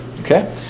Okay